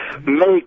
Make